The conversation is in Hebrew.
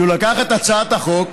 שלקח את הצעת החוק,